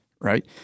right